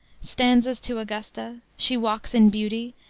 stanzas to augusta, she walks in beauty,